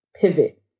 pivot